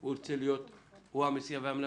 והוא ירצה להיות המסיע והמלווה.